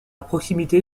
proximité